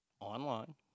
online